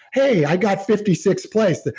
hey, i got fifty six place.